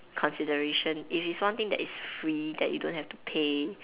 consideration if it is one thing that is free that you don't have to pay